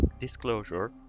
Disclosure